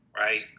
Right